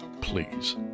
Please